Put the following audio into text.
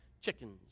chickens